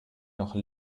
noch